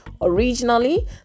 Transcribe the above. Originally